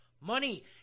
Money